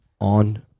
on